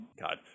God